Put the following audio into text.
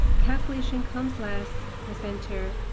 calculation comes last, press enter,